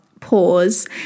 pause